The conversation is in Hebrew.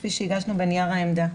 כפי שהגשנו בנייר העמדה.